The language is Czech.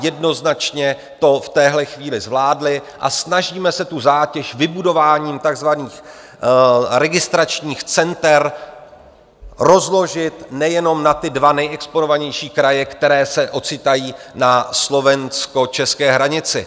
Jednoznačně to v této chvíli zvládli a snažíme se tu zátěž vybudováním takzvaných registračních center rozložit nejenom na ty dva nejexponovanější kraje, které se ocitají na slovenskočeské hranici.